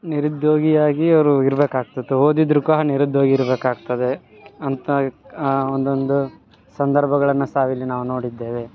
ನಿರುದ್ಯೋಗಿಯಾಗಿ ಅವರು ಇರ್ಬೆಕಾಗ್ತಿಗ್ತು ಓದಿದ ರುಕಾ ನಿರುದ್ಯೋಗಿ ಇರಬೇಕಾಗ್ತದೆ ಅಂತ ಒಂದೊಂದು ಸಂದರ್ಭಗಳನ್ನ ಸಾವ್ ಇಲ್ಲಿ ನಾವು ನೋಡಿದ್ದೇವೆ